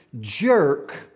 jerk